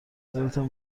دلتان